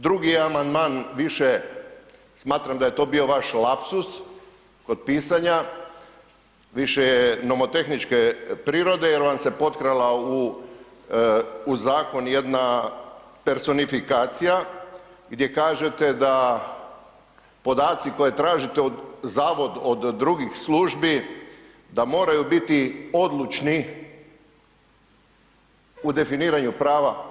Drugi je amandman više, smatram da je to bio vaš lapsus kod pisanja, više je nomotehničke prirode jer vam se potkrala u zakon jedna personifikacija gdje kažete da podaci koje tražite zavod od drugih službi da moraju biti odlučni u definiraju prava.